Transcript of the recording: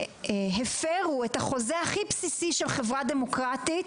שלמעשה הפרו את החוזה הכי בסיסי של חברה דמוקרטית